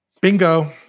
Bingo